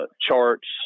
charts